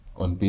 on